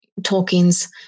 Tolkien's